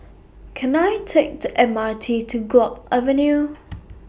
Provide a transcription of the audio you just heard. Can I Take The M R T to Guok Avenue